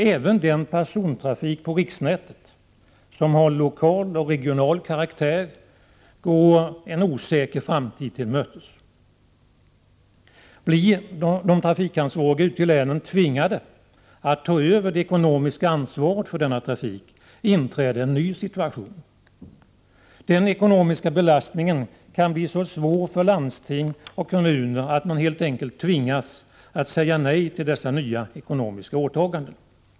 Även den persontrafik på riksnätet som har lokal och regional karaktär går en osäker framtid till mötes. Blir de trafikansvariga ute i länen tvingade att ta över det ekonomiska ansvaret för denna trafik inträder en ny situation. Den ekonomiska belastningen kan bli så svår för landsting och kommuner att man helt enkelt tvingas säga nej till dessa nya ekonomiska åtaganden.